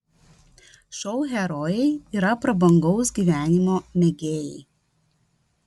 šou herojai yra prabangaus gyvenimo mėgėjai